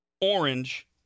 orange